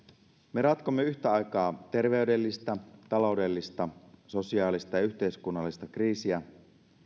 me ratkomme yhtä aikaa terveydellistä taloudellista sosiaalista ja yhteiskunnallista kriisiä